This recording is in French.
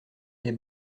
des